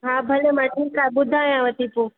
हा भले ठीकु आहे मां ॿुधायांव थी पोइ